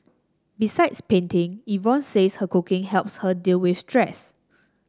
besides painting Yvonne says a cooking helps her deal with stress